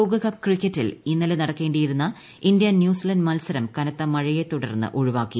ലോകകപ്പ് ക്രിക്കറ്റിൽ ഇന്നലെ നടക്കേണ്ടിയിരുന്ന ഇന്ത്യ ന്യൂസിലാന്റ് മത്സരം കനത്ത മഴയെ തുടർന്ന് ഒഴിവാക്കി